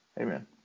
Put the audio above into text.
Amen